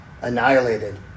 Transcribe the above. annihilated